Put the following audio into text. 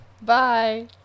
Bye